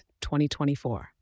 2024